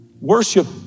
worship